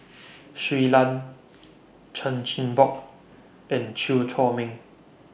Shui Lan Chan Chin Bock and Chew Chor Meng